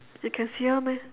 you can see her meh